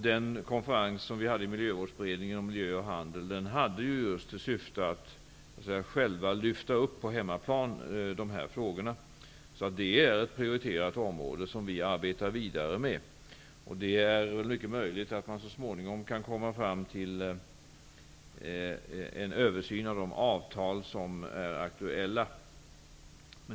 Den konferens vi hade i miljövårdsberedningen om miljö och handel hade just till syfte att vi själva skulle lyfta de här frågorna på hemmaplan. Det är ett prioriterat område som vi arbetar vidare med. Det är mycket möjligt att man så småningom kan komma fram till en översyn av de avtal som är aktuella.